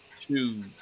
two